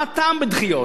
מה הטעם בדחיות?